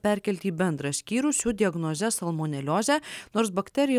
perkelti į bendrą skyrių su diagnoze salmoneliozė nors bakterija